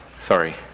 Sorry